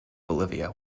bolivia